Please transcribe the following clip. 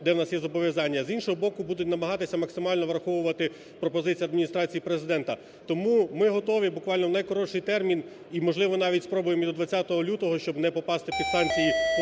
де в нас є зобов'язання, а з іншого боку, будуть намагатися максимально враховувати пропозиції Адміністрації Президента. Тому ми готові буквально в найкоротший термін і можливо навіть спробуємо до 20 лютого, щоб не попасти під санкції Орхуської